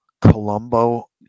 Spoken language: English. Colombo